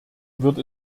wird